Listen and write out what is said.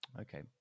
Okay